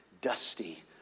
dusty